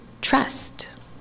trust